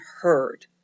heard